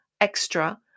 extra